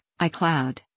iCloud